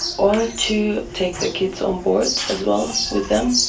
or to take the kids on board as well with them.